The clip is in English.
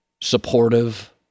supportive